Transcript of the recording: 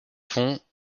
font